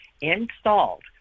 installed